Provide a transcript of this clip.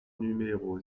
numéro